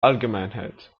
allgemeinheit